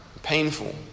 Painful